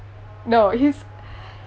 no he's